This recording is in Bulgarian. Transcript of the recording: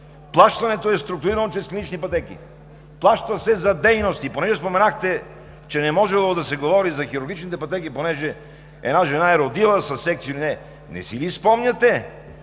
плащането е структурирано чрез клинични пътеки? Плаща се за дейности. Тъй като споменахте, че не можело да се говори за хирургичните пътеки, понеже жена е родила със секцио или не, не си ли спомняте